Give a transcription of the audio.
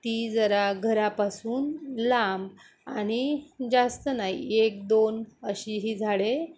ती जरा घरापासून लांब आणि जास्त नाही एक दोन अशी ही झाडे